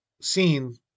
seen